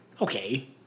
Okay